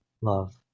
love